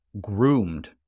groomed